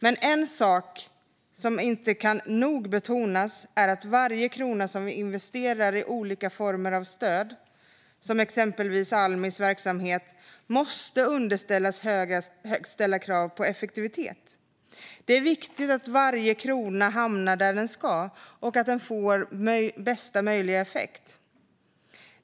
Men en sak som inte kan nog betonas är att varje krona som vi investerar i olika former av stöd, exempelvis Almis verksamhet, måste underställas högt ställda krav på effektivitet. Det är viktigt att varje krona hamnar där den ska och får bästa möjliga effekt.